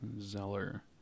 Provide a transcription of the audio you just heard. Zeller